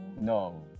no